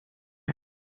end